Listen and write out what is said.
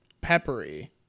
peppery